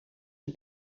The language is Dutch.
een